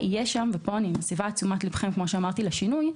אני מסבה את תשומת ליבכם לשינוי,